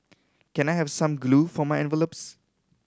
can I have some glue for my envelopes